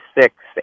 Six